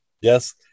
Yes